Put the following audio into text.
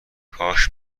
کاش